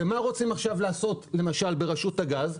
מה רוצים לעשות עכשיו ברשות הגז?